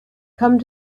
come